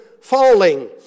falling